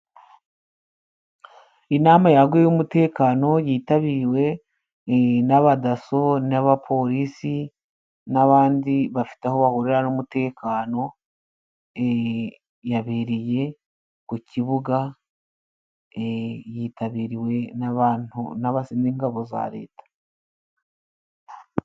Inama yaguye y'umutekano, yitabiriwe n'abadaso n'abapolisi n'abandi bafite aho bahurira n'umutekano, yabereye ku kibuga yitabiriwe n'abantu n'ingabo za leta.